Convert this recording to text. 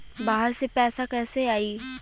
बाहर से पैसा कैसे आई?